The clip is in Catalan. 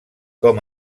com